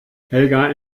helga